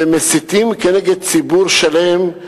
ומסיתים כנגד ציבור שלם.